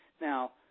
Now